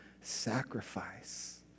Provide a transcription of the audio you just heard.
sacrifice